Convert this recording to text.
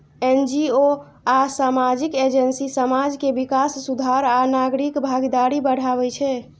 NGO आ सामाजिक agency समाज के विकास, सुधार आ नागरिक भागीदारी बढ़ाबै छै